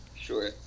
Sure